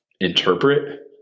interpret